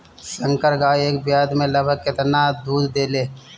संकर गाय एक ब्यात में लगभग केतना दूध देले?